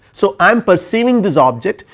so i am perceiving this object,